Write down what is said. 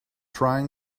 trying